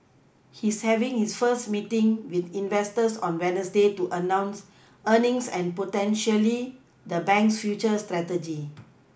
he's having his first meeting with investors on wednesday to announce earnings and potentially the bank's future strategy